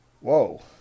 Whoa